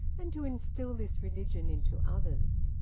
and to instil this religion into others.